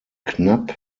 knapp